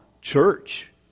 church